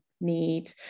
need